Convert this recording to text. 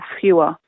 fewer